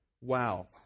Wow